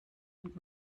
und